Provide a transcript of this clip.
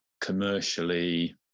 commercially